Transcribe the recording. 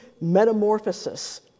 metamorphosis